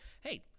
hey